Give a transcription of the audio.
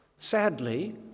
Sadly